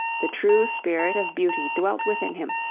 the true spirit of beauty dwelt within him,